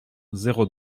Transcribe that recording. zéro